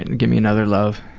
and give me another love.